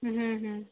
হুম হুম